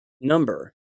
number